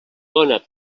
dóna